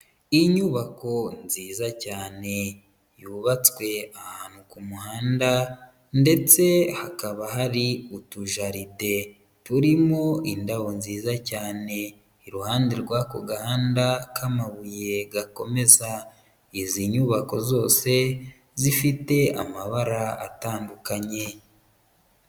Inyubako nziza cyane yubatswe ahantu ku muhanda ndetse hakaba hari utujaride turimo indabo nziza cyane, iruhande rw'ako gahanda k'amabuye gakomeza, izi nyubako zose zifite amabara atandukanye.